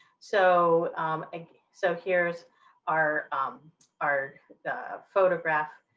so and so here's our our photograph.